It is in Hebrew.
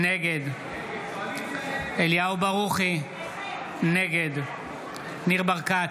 נגד אליהו ברוכי, נגד ניר ברקת,